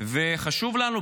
וחשוב לנו,